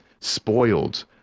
spoiled